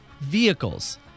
vehicles